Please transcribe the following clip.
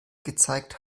gezeigt